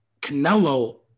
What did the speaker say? Canelo